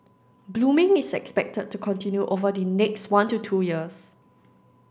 blooming is expected to continue over the next one to two years